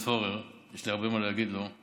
יש לי הרבה מה להגיד לו.